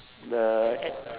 the a~